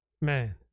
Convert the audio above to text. man